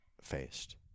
faced